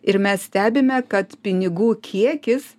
ir mes stebime kad pinigų kiekis